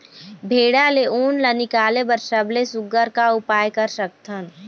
भेड़ा ले उन ला निकाले बर सबले सुघ्घर का उपाय कर सकथन?